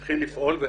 התחיל לפעול.